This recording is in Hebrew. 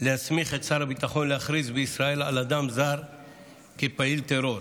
להסמיך את שר הביטחון להכריז בישראל על אדם זר כפעיל טרור,